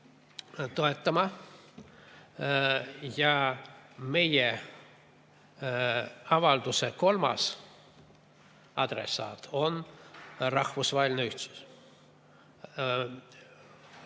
toetama. Ja meie avalduse kolmas adressaat on rahvusvaheline ühtsus.